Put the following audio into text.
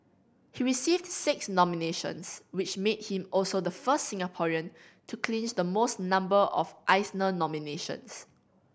he received six nominations which made him also the first Singaporean to clinch the most number of Eisner nominations